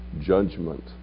judgment